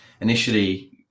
initially